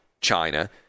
China